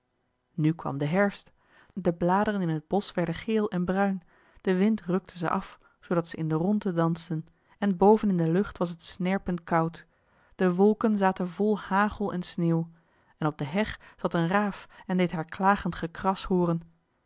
nu kwam de herfst de bladeren in het bosch werden geel en bruin de wind rukte ze af zoodat zij in de rondte dansten en boven in de lucht was het snerpend koud de wolken zaten vol hagel en sneeuw en op de heg zat een raaf en deed haar klagend gekras hooren